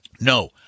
No